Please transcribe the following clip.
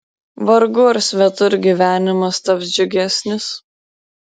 vargu ar svetur gyvenimas taps džiugesnis